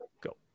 go